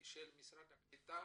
נציגי משרד הקליטה